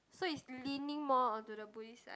so is leaning more onto the Buddhist side